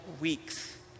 weeks